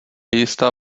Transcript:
jistá